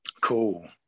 Cool